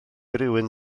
rywun